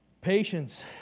Patience